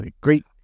Great